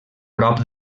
prop